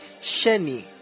Sheni